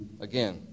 Again